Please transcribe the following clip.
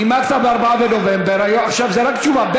נימקת ב-4 בנובמבר, עכשיו זה רק תשובה.